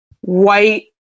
white